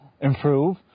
improve